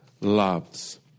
loves